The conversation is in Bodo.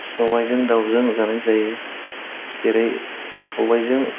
सबायजों दाउजों जानाय जायो जेरै सबायजों